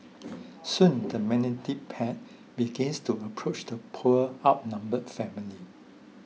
soon the pack began to approach the poor outnumbered family